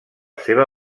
seva